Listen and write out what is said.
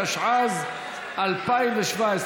התשע"ז 2017,